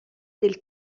del